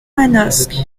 manosque